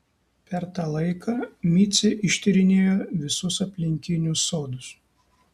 per tą laiką micė ištyrinėjo visus aplinkinius sodus